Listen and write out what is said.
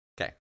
Okay